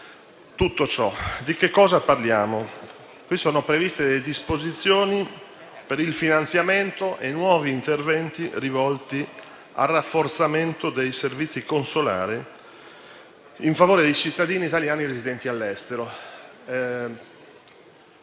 tutto ciò. Di cosa parliamo? Sono previste delle disposizioni per il finanziamento e nuovi interventi rivolti al rafforzamento dei servizi consolari in favore dei cittadini italiani residenti all'estero.